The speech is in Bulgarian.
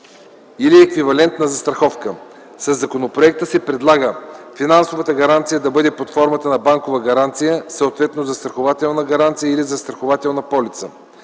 или еквивалентна застраховка, със законопроекта се предлага финансовата гаранция да бъде под формата на банкова гаранция, съответно застрахователна гаранция или застрахователна полица.